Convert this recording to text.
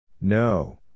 No